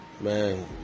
man